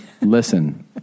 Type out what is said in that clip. listen